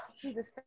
Jesus